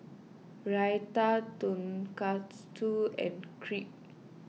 Raita Tonkatsu and Crepe